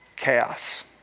chaos